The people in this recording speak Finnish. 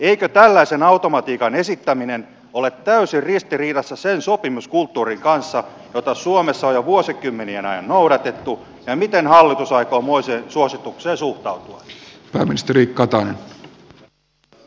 eikö tällaisen automatiikan esittäminen ole täysin ristiriidassa sen sopimuskulttuurin kanssa jota suomessa on jo vuosikymmenien ajan noudatettu ja miten hallitus aikoo moiseen suositukseen suhtautua